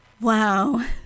wow